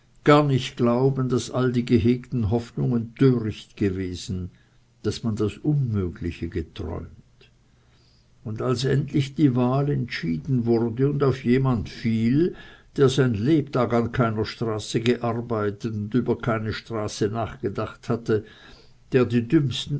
gar nicht glauben dass alle die gehegten hoffnungen töricht gewesen dass man das unmögliche geträumt und als endlich die wahl entschieden wurde und auf jemand fiel der sein lebtag an keiner straße gearbeitet und über keine straße nachgedacht hatte der die dümmsten